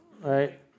right